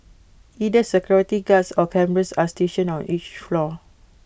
either security guards or cameras are stationed on each floor